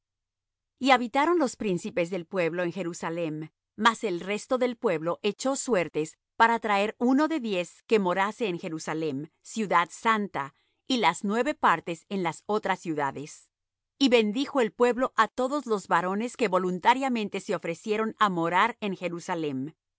y habitaron los príncipes del pueblo en jerusalem mas el resto del pueblo echó suertes para traer uno de diez que morase en jerusalem ciudad santa y las nueve partes en las otras ciudades y bendijo el pueblo á todos los varones que voluntariamente se ofrecieron á morar en jerusalem y